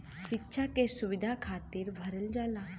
सिक्षा के सुविधा खातिर भरल जाला